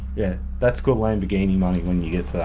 yeah that's good lamborghini money when you get